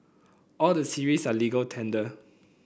all the series are legal tender